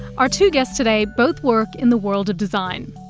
our two guests today both work in the world of design.